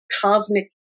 cosmic